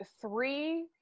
three